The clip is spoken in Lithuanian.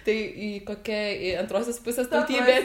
tai į kokia antrosios pusės tautybė